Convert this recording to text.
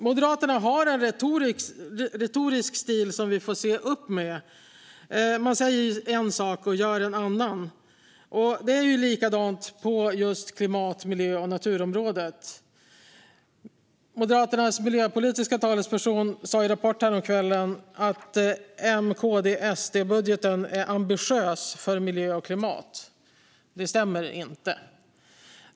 Moderaterna har en retorisk stil som vi får se upp med. Man säger en sak och gör en annan. Det är likadant på klimat, miljö och naturområdet. Moderaternas miljöpolitiska talesperson sa i Rapport häromkvällen att M, KD och SD-budgeten är ambitiös när det gäller miljö och klimat. Det stämmer inte.